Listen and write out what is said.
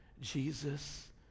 Jesus